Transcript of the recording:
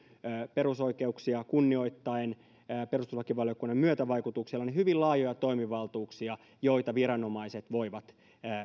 perusoikeuksia kunnioittaen perustuslakivaliokunnan myötävaikutuksella hyvin laajoja toimivaltuuksia joita viranomaiset voivat